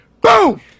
Boom